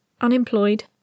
unemployed